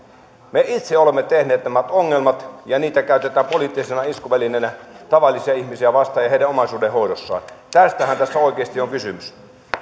me itse olemme tehneet nämä ongelmat ja niitä käytetään poliittisena iskuvälineenä tavallisia ihmisiä vastaan ja heidän omaisuudenhoidossaan tästähän tässä oikeasti on kysymys